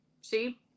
See